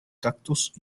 cactus